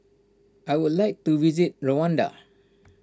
I would like to visit Rwanda